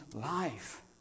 life